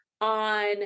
on